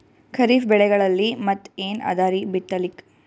ಖರೀಫ್ ಬೆಳೆಗಳಲ್ಲಿ ಮತ್ ಏನ್ ಅದರೀ ಬಿತ್ತಲಿಕ್?